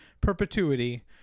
perpetuity